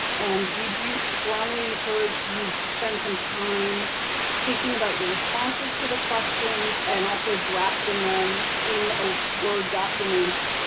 and we do strongly encourage you to spend some time thinking about your responses to the questions and also drafting them in a word document,